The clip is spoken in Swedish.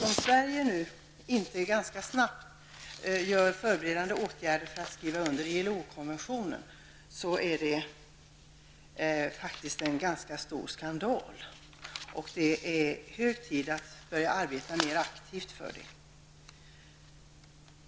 Om Sverige nu inte ganska snabbt förbereder sig för att skriva under ILO-konventionen är det faktiskt enligt min uppfattning en ganska stor skandal. Det är hög tid att börja arbeta mer aktivt för detta.